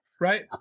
Right